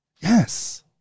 Yes